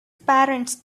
parents